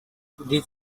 this